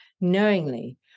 knowingly